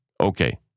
Okay